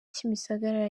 kimisagara